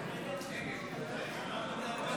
לסעיף 08 בדבר